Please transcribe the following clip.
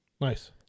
Nice